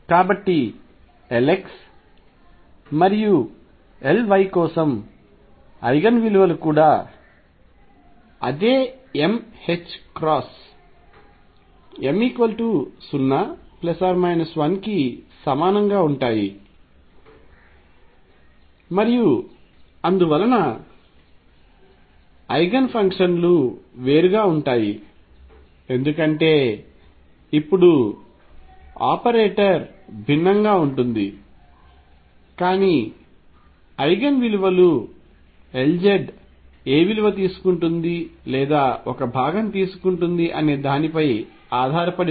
కాబట్టి Lx మరియు Ly కోసం ఐగెన్ విలువలు కూడా అదే m h క్రాస్ m 0 1 కి సమానంగా ఉంటాయి మరియు అందువలన ఐగెన్ ఫంక్షన్ లు వేరుగా ఉంటాయి ఎందుకంటే ఇప్పుడు ఆపరేటర్ భిన్నంగా ఉంటుంది కానీ ఐగెన్ విలువలు Lz ఏ విలువ తీసుకుంటుంది లేదా ఒక భాగం తీసుకుంటుంది అనే దానిపై ఆధారపడి ఉండదు